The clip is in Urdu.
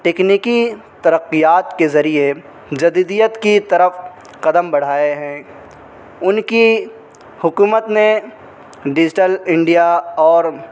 تکنیکی ترقیات کے ذریعے جدیدیت کی طرف قدم بڑھائے ہیں ان کی حکومت نے ڈیجیٹل انڈیا اور